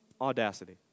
audacity